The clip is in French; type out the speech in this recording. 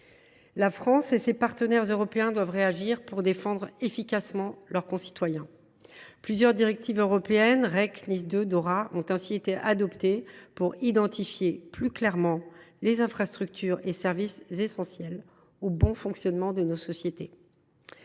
La France et ses partenaires européens doivent réagir pour défendre efficacement leurs concitoyens. Plusieurs directives européennes – REC, NIS 2, Dora – ont ainsi été adoptées pour identifier plus clairement les infrastructures et services essentiels au bon fonctionnement de nos sociétés.